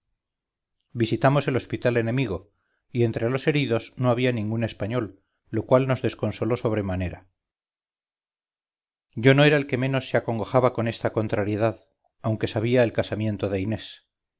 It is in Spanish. visitamos el hospital enemigo y entre los heridos no había ningún español lo cual nos desconsoló sobremanera yo no era el que menos se acongojaba con esta contrariedad aunque sabía el casamiento de inés